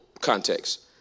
context